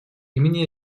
имени